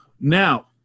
Now